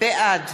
בעד